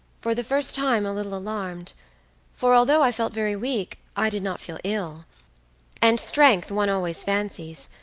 for the first time a little alarmed for, although i felt very weak, i did not feel ill and strength, one always fancies,